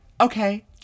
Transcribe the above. Okay